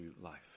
life